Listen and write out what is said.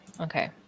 Okay